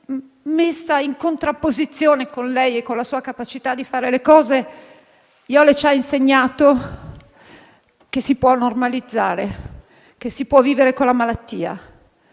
messa in contrapposizione con lei e con la sua capacità di fare le cose, Jole ci ha insegnato che si può normalizzare, che si può vivere con la malattia,